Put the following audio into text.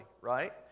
right